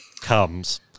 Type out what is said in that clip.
comes